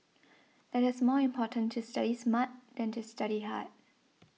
it is more important to study smart than to study hard